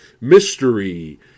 mystery